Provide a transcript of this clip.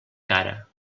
cara